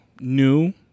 new